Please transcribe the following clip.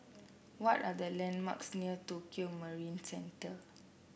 what are the landmarks near Tokio Marine Centre